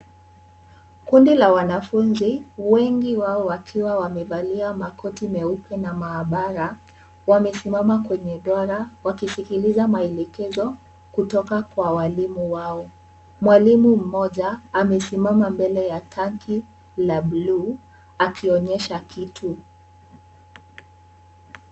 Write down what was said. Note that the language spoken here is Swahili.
Kundi la wanafunzi, wengi wao wakiwa wamevalia makoti meupe na maabara, wamesimama kwenye dora wakisikiliza maelekezo kutoka kwa walimu wao. Mwalimu mmoja amesimama mbele ya tanki la bluu, akionyesha kitu.